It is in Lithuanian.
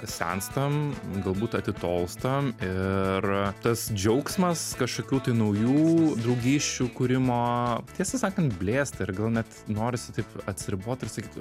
senstam galbūt atitolstam ir tas džiaugsmas kažkokių tai naujų draugysčių kūrimo tiesą sakant blėsta ir gal net norisi taip atsiribot ir sakyt